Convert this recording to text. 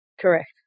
Correct